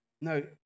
No